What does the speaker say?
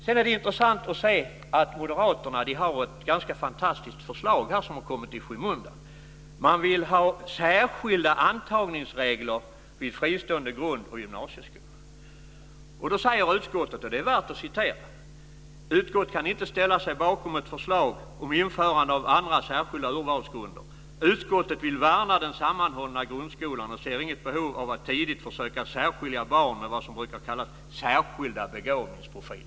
Det är intressant att se att moderaterna har ett ganska fantastiskt förslag som har kommit i skymundan. De vill ha särskilda antagningsregler vid fristående grund och gymnasieskolor. Då säger utskottet något som är värt att citera: "Utskottet kan inte ställa sig bakom förslaget om införande av andra särskilda urvalsgrunder. Utskottet vill värna den sammanhållna grundskolan och ser inget behov av att tidigt försöka särskilja barn med vad som brukar kallas särskilda begåvningsprofiler."